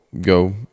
go